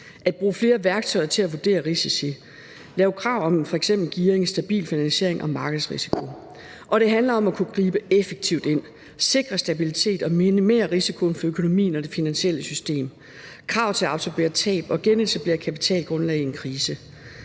at bruge flere værktøjer til at vurdere risici og om at lave krav om f.eks. gearing, stabil finansiering og markedsrisiko. Og det handler om at kunne gribe effektivt ind, sikre stabilitet og minimere risikoen for økonomien og det finansielle system og om krav til at absorbere tab og genetablere kapitalgrundlag i en krise.